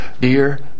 dear